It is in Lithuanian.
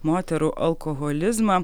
moterų alkoholizmą